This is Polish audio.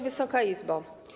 Wysoka Izbo!